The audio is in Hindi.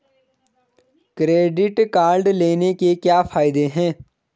क्रेडिट कार्ड लेने के क्या फायदे हैं?